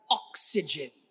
oxygen